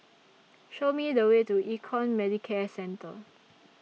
Show Me The Way to Econ Medicare Centre